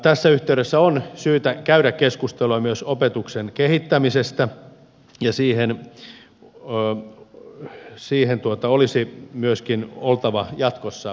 tässä yhteydessä on syytä käydä keskustelua myös opetuksen kehittämisestä ja siihen olisi myöskin oltava jatkossa voimavaroja